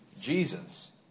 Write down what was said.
Jesus